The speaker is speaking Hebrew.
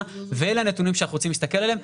ואלה הנתונים שאנחנו רוצים להסתכל עליהם.